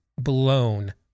blown